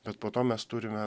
bet po to mes turime